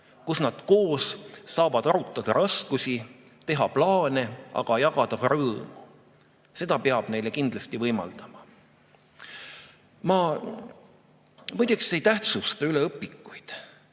saaksid koos arutada raskusi, teha plaane, aga jagada ka rõõmu. Seda peab neile kindlasti võimaldama. Ma muide ei tähtsusta üle õpikuid.